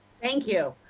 thank you.